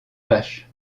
vache